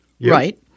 Right